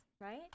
right